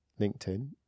LinkedIn